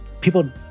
People